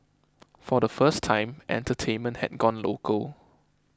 for the first time entertainment had gone local